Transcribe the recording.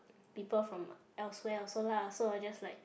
people from elsewhere also lah so I just like